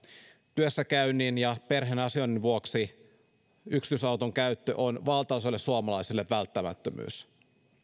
työssäkäynnin ja perheen asioinnin vuoksi yksityisauton käyttö on valtaosalle suomalaisista välttämättömyys